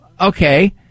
okay